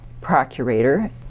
procurator